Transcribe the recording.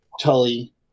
Tully